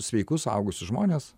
sveikus suaugusius žmones